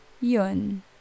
yun